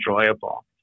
enjoyable